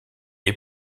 est